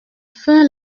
fin